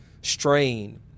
strain